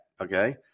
okay